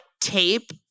tape